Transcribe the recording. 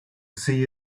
see